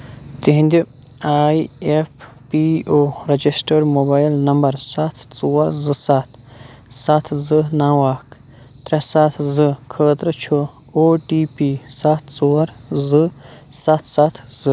تِہٕنٛدِ I F P O registered mobile number سَتھ ژور زٕ سَتھ سَتھ زٕ نو اکھ ترٛےٚ سَتھ زٕ خٲطرٕ چھُ او ٹی پی سَتھ ژور زٕسَتھ سَتھ زٕ